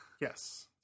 Yes